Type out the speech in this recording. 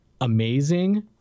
amazing